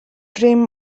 dream